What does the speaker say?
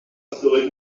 resterez